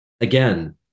again